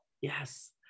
yes